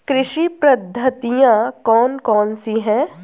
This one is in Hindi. कृषि पद्धतियाँ कौन कौन सी हैं?